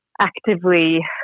actively